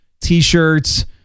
T-shirts